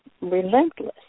relentless